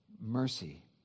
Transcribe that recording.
mercy